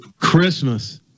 Christmas